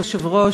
אדוני היושב-ראש,